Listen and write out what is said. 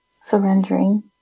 surrendering